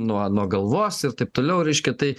nuo nuo galvos ir taip toliau reiškia tai